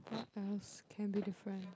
what else can be different